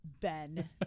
Ben